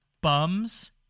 bums